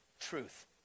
Truth